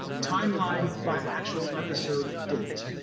time lined by actual episode date.